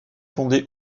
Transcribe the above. fondé